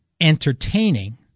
entertaining